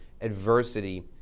adversity